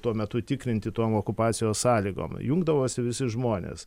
tuo metu tikrinti tom okupacijos sąlygom jungdavosi visi žmonės